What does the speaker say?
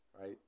right